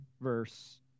verse